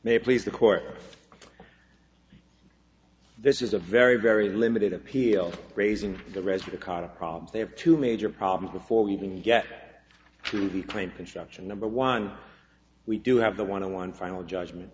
may please the court this is a very very limited appeal raising the resident card a problem they have two major problems before we even get to the point construction number one we do have the want to one final judgment